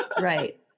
right